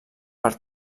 per